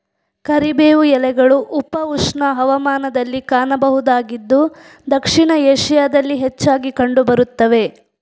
ಕರಿಬೇವು ಎಲೆಗಳು ಉಪ ಉಷ್ಣ ಹವಾಮಾನದಲ್ಲಿ ಕಾಣಬಹುದಾಗಿದ್ದು ದಕ್ಷಿಣ ಏಷ್ಯಾದಲ್ಲಿ ಹೆಚ್ಚಾಗಿ ಕಂಡು ಬರುತ್ತವೆ